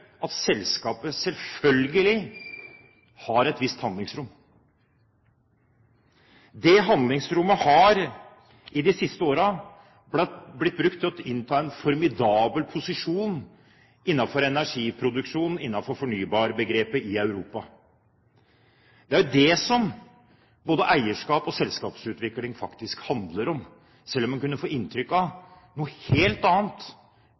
at selskapet selvfølgelig har et visst handlingsrom. Det handlingsrommet har de siste årene blitt brukt til å innta en formidabel posisjon innenfor energiproduksjon, innenfor fornybar-begrepet i Europa. Det er dette både eierskap og selskapsutvikling handler om, selv om en ut fra Fremskrittspartiets tilnærming til denne debatten kunne få inntrykk av noe helt annet.